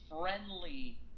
friendly